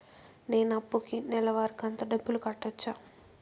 నేను నా అప్పుకి నెలవారి కంతు డబ్బులు కట్టొచ్చా?